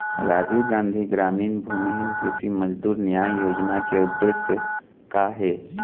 राजीव गांधी गरामीन भूमिहीन कृषि मजदूर न्याय योजना के उद्देश्य का हे?